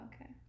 Okay